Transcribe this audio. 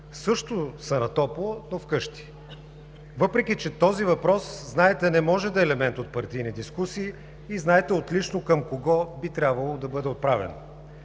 също са на топло, но вкъщи? Въпреки че този въпрос, знаете, не може да е елемент от партийни дискусии и знаете отлично към кого би трябвало да бъде отправен.